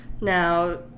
Now